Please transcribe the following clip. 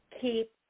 keep